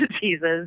diseases